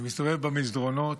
אני מסתובב במסדרונות.